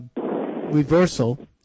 reversal